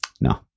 no